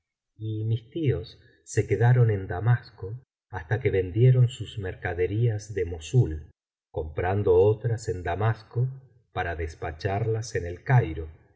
y mis tíos se quedaron en damasco hasta que vendieron sus mercaderías de mossul comprando otras en damasco para despacharlas en el cairo